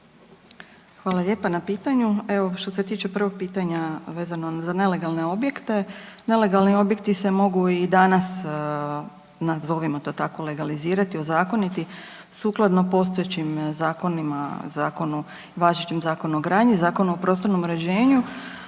Hvala lijepa na pitanju. Evo što se tiče prvog pitanja vezano za nelegalne objekte, nelegalni objekti se mogu i danas, nazovimo to tako, legalizirati, ozakoniti sukladno postojećim zakonima, važećem Zakon o gradnji, Zakonu o prostornom uređenju